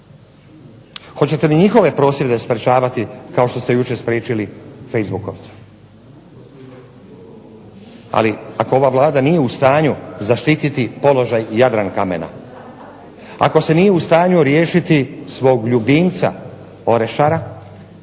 Hoćete li i njihove prosvjede sprječavati kao što ste jučer spriječili facebookovce. Ali ako ova Vlada nije u stanju zaštititi položaj Jadran kamena, ako se nije u stanju riješiti svog ljubimca Orešara,